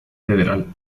federal